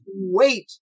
wait